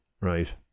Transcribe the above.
right